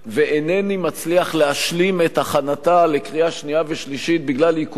ואינני מצליח להשלים את הכנתה לקריאה שנייה ושלישית בגלל עיכובים